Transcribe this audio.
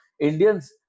Indians